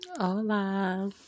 Hola